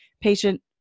patient